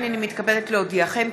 הנני מתכבדת להודיעכם,